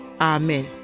Amen